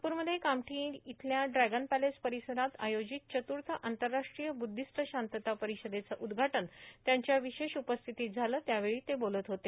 नागपूरमध्ये कामठी इथल्या dragon palace र्पारसरात आयोजित चतुथ आंतरराष्ट्रीय बुद्धिस्ट शांतता र्पारषदेचं उद्घाटन त्यांच्या विशेष उपस्थितीत झालं त्यावेळी ते बोलत होते